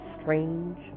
strange